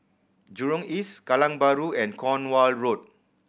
Jurong East Kallang Bahru and Cornwall Road